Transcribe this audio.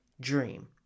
dream